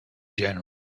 general